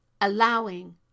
allowing